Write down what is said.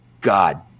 God